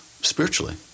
spiritually